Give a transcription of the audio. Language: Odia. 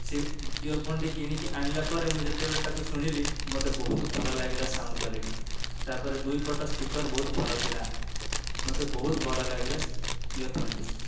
ସେ ଇୟର ଫୋନ୍ ଟି କିଣିକି ଆଣିଲାପରେ ମୁଁ ଯେତେବେଳେ ତାକୁ ଶୁଣିଲି ମୋତେ ବହୁତ ଭଲ ଲାଗିଲା ସାଉଣ୍ଡ କ୍ଵଲିଟି ତାପରେ ଦୁଇ ପଟ ସ୍ପିକର ବହୁତ ଭଲ ଥିଲା ମୋତେ ବହୁତ୍ ଭଲ ଲାଗିଲା ସେ ଇୟର ଫୋନ୍ ଟି